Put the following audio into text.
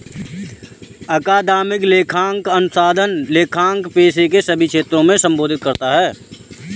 अकादमिक लेखांकन अनुसंधान लेखांकन पेशे के सभी क्षेत्रों को संबोधित करता है